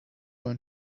ein